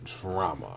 drama